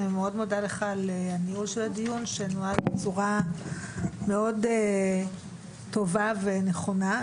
אני מאוד מודה לך על הניהול של הדיון שנוהל בצורה מאוד טובה ונכונה,